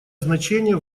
значение